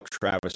Travis